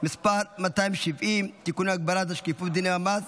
הכנסה (מס' 270) (תיקונים להגבלת השקיפות בדיני המס